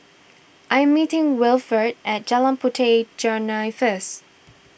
I'm meeting Wilfrid at Jalan Puteh Jerneh first